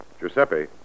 Giuseppe